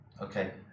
Okay